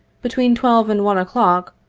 between twelve and one o'clock,